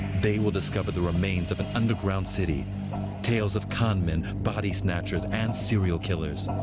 they will discover the remains of an underground city tales of conmen, body snatchers, and serial killers.